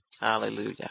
Hallelujah